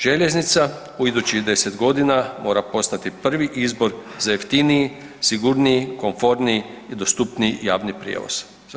Željeznica u idućih 10 g. mora postati prvi izbor za jeftiniji, sigurniji, komforniji i dostupniji javni prijevoz.